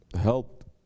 helped